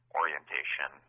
orientation